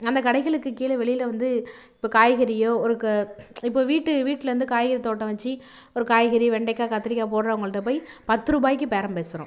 அந்த கடைகளுக்கு கீழே வெளியில் வந்து இப்போ காய்கறியோ ஒரு க இப்போ வீட்டு வீட்டிலருந்து காய்கறி தோட்டம் வச்சி ஒரு காய்கறி வெண்டைக்காய் கத்திரிக்காய் போடுறவங்கள்ட்ட போய் பத்துருபாய்க்கி பேரம் பேசுகிறோம்